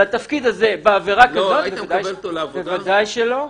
לתפקיד הזה בעבירה כזאת בוודאי שלא.